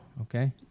Okay